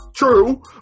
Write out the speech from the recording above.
True